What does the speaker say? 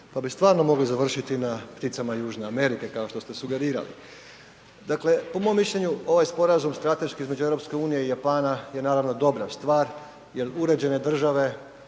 pa bi stvarno mogli završiti na pticama Južne Amerike kao što ste sugerirali. Dakle po mom mišljenju ovaj sporazum strateški između EU i Japana je naravno dobra stvar jer uređene države